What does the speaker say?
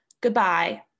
goodbye